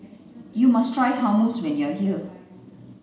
you must try Hummus when you are here